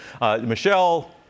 Michelle